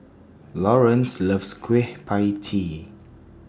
Laurance loves Kueh PIE Tee